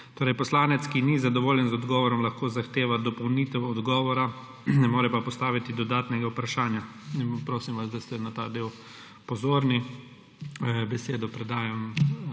zdaj. Poslanec, ki ni zadovoljen z odgovorom, lahko zahteva dopolnitev odgovora, ne more pa postaviti dodatnega vprašanja. Prosim vas, da ste na ta del pozorni. Besedo predajam